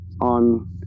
on